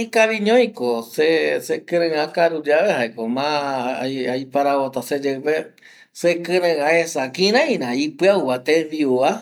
Ikaviñoi ko se sekirei akaru yave jaeko ma aiparavota seyeipe sekirei aesa kiraira ipiau va tembiu va